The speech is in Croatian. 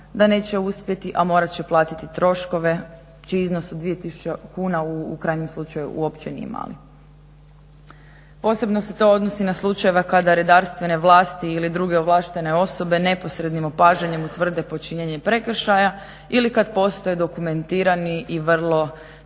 da neće uspjeti, a morat će platiti troškove čiji iznos od 2 tisuće kuna u krajnjem slučaju uopće nije mali. Posebno se to odnosi na slučajeve kada redarstvene vlasti ili druge ovlaštene osobe neposrednim opažanjem utvrde počinjenje prekršaja ili kad postoje dokumentirani i vrlo teško